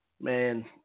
man